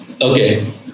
Okay